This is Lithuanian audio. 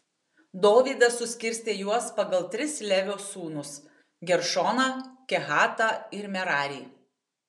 dovydas suskirstė juos pagal tris levio sūnus geršoną kehatą ir merarį